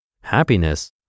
happiness